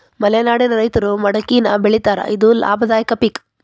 ಮಲೆನಾಡಿನ ರೈತರು ಮಡಕಿನಾ ಬೆಳಿತಾರ ಇದು ಲಾಭದಾಯಕ ಪಿಕ್